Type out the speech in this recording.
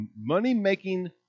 money-making